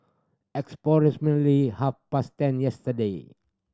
approximately half past ten yesterday